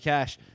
Cash